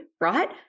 right